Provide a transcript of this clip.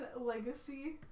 Legacy